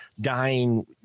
dying